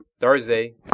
Thursday